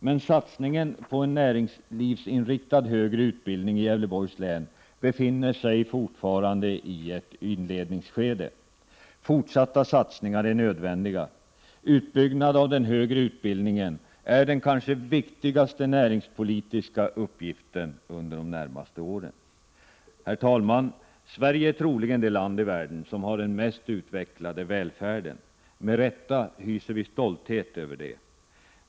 Men satsningen på en näringslivsinriktad högre utbildning i Gävleborgs län befinner sig fortfarande i ett inledningsskede. Fortsatta satsningar är nödvändiga. Utbyggnad av den högre utbildningen är den kanske viktigaste näringspolitiska uppgiften under de närmaste åren. Herr talman! Sverige är troligen det land i världen som har den mest utvecklade välfärden. Med rätta hyser vi stolthet över detta.